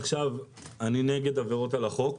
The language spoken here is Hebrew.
אני נגד עבירות על החוק,